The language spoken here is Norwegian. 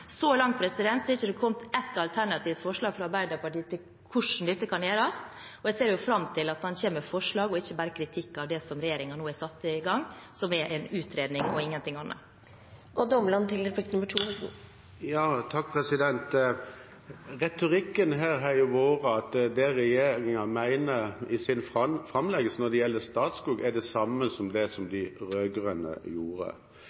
Så langt har det ikke kommet ett alternativt forslag fra Arbeiderpartiet om hvordan dette kan gjøres. Jeg ser fram til at en kommer med forslag og ikke bare kritikk av det regjeringen nå har satt i gang, som er en utredning og ingenting annet. Retorikken her har jo vært at det regjeringen mener i sin framleggelse når det gjelder Statskog, er det samme som det de rød-grønne gjorde.